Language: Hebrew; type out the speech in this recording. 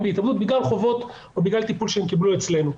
בהתאבדות בגלל חובות או בגלל טיפול שהם קיבלו אצלנו.